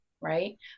right